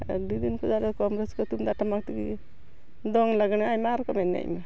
ᱟᱹᱰᱤ ᱫᱤᱱ ᱠᱷᱚᱱ ᱟᱞᱮ ᱠᱚᱢ ᱨᱟᱹᱥᱠᱟᱹ ᱛᱩᱢᱫᱟᱜ ᱴᱟᱢᱟᱠ ᱛᱮᱜᱮ ᱫᱚᱝ ᱞᱟᱜᱽᱬᱮ ᱟᱭᱢᱟ ᱨᱚᱠᱚᱢ ᱮᱱᱮᱡ ᱢᱮ